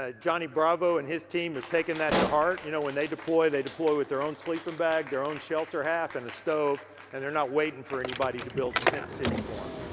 ah johnny bravo and his team have taken that to heart. you know when they deploy they deploy with their sleeping bag, their own shelter half and a stove and they're not waiting for anybody to build the tent city for them.